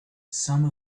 some